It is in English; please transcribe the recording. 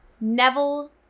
Neville